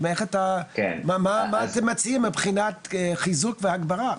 מה אתם מציעים מבחינת חיזוק והגברה?